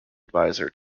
advisor